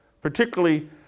Particularly